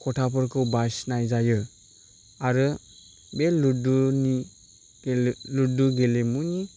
खथाफोरखौ बासिनाय जायो आरो बे लुदुनि गेले लुदु गेलेमुनि